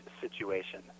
situation